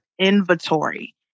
inventory